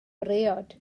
briod